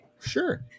Sure